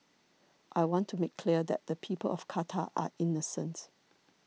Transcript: I want to make clear that the people of Qatar are innocent